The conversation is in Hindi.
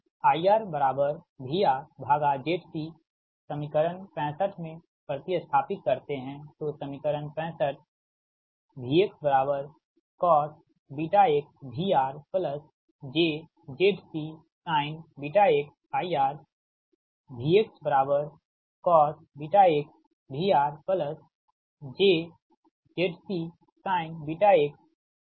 अब आप यह IRVRZC समीकरण 65 में प्रति स्थापित करते है तो समीकरण 65 VcosxVRjZC sinxIR VcosxVRjZC sinxVRZC हो जाता है